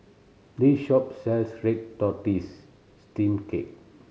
this shop sells red tortoise steamed cake